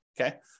Okay